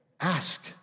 Ask